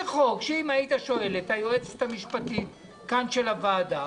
זה חוק שאם היית שואל את היועצת המשפטית כאן של הוועדה,